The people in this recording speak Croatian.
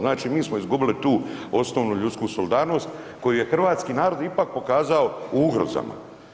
Znači mi smo izgubili tu osnovnu ljudsku solidarnost koju je hrvatski narod ipak pokazao ugrozama.